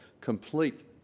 complete